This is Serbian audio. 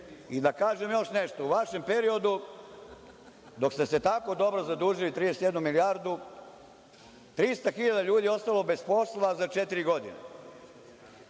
se. Da kažem još nešto, u vašem periodu dok ste se tako dobro zadužili 31 milijardu, 300.000 ljudi je ostalo bez posla za četiri godine.